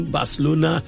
Barcelona